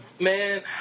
Man